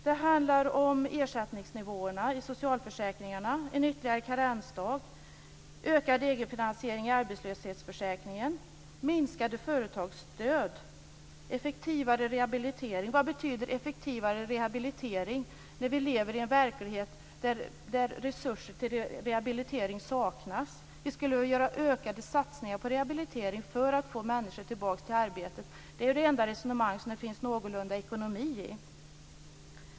Det handlar om ersättningsnivåerna i socialförsäkringarna, en ytterligare karensdag, ökad egenfinansiering i arbetslöshetsförsäkringen, minskade företagsstöd och effektivare rehabilitering. Vad betyder effektivare rehabilitering, när vi lever i en verklighet där resurser till rehabilitering saknas? Vi borde väl göra ökade satsningar på rehabilitering för att få människor tillbaka till arbetet. Det är ju det enda resonemang som det finns någorlunda ekonomi i.